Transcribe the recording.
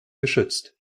geschützt